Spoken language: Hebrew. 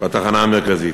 בתחנה המרכזית.